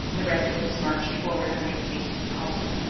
the redcoats marched forward a hundred paces and halted.